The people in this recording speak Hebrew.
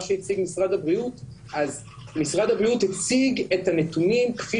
שהציג משרד הבריאות אז משרד הבריאות הציג את הנתונים כפי